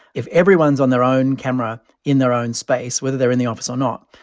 if everyone's on their own camera in their own space, whether they're in the office or not,